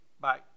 Bye